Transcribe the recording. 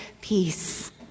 Peace